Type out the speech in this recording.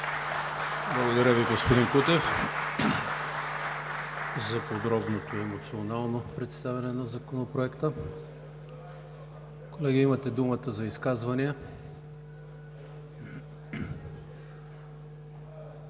Благодаря Ви, господин Кутев, за подробното и емоционално представяне на Законопроекта. Колеги, имате думата за изказвания.